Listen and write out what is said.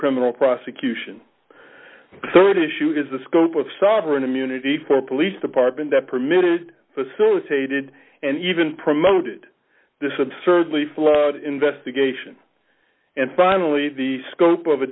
criminal prosecution rd issue is the scope of sovereign immunity for police department that permitted facilitated and even promoted this absurdly flawed investigation and finally the scope of a